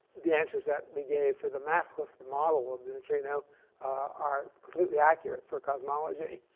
the answers that we gave for the massless model of the neutrino are completely accurate for cosmology.